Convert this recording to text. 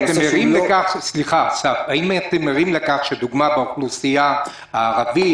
האם אתם ערים לכך שבאוכלוסייה הערבית